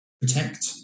protect